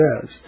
says